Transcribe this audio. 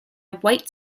white